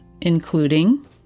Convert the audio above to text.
including